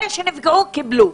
אלה שנפגעו, קיבלו.